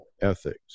ethics